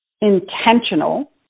intentional